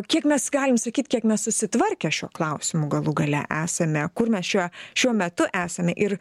kiek mes galim sakyt kiek mes susitvarkę šiuo klausimu galų gale esame kur mes čia šiuo metu esame ir